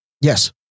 Yes